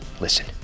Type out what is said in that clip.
listen